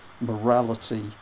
morality